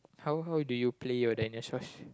how how do you play your dinosaurs